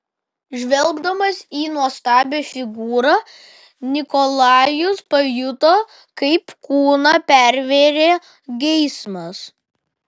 žvelgdamas į nuostabią figūrą nikolajus pajuto kaip kūną pervėrė geismas